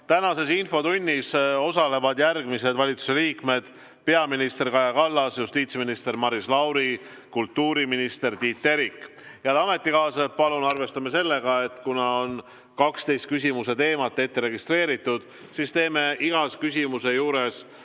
Tänases infotunnis osalevad järgmised valitsuse liikmed: peaminister Kaja Kallas, justiitsminister Maris Lauri ja kultuuriminister Tiit Terik. Head ametikaaslased! Palun arvestame sellega, et kuna on 12 teemat ette registreeritud, siis on iga küsimuse juures